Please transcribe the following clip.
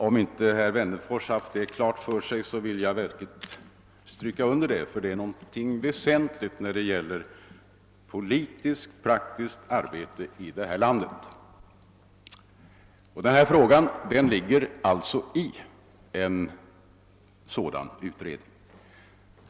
Om herr Wennerfors inte haft detta klart för sig vill jag verkligen stryka under det, ty det är någonting väsentligt när det gäller praktiskt politiskt arbete i detta land. Den fråga herr Wennerfors aktualiserat ligger alltså i en sådan utredning.